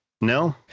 No